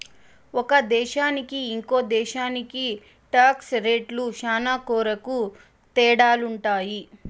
ఒక దేశానికి ఇంకో దేశానికి టాక్స్ రేట్లు శ్యానా కొరకు తేడాలుంటాయి